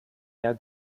jahr